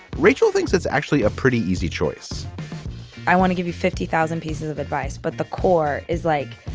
rachel thinks it's actually a pretty easy choice i want to give you fifty thousand pieces of advice, but the corps is like,